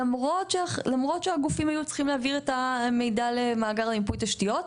למרות שהגופים היו צריכים להעביר את המידע למאגר למיפוי תשתיות,